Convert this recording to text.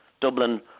Dublin